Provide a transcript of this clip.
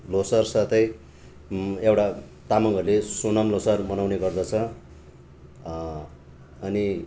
लोसार साथै एउटा तामाङहरूले सोनाम लोसार मनाउने गर्दछ अनि